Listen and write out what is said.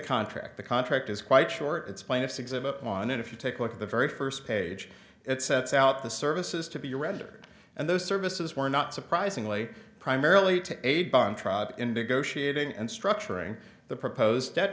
contract the contract is quite short it's plaintiff's exhibit on it if you take a look at the very first page it sets out the services to be rendered and those services were not surprisingly primarily to a bunch of indigo sheeting and structuring the proposed debt